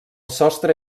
sostre